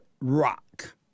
rock